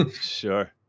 Sure